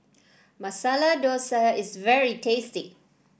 Masala Dosa is very tasty